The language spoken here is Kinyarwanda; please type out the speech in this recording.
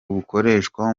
bukoreshwa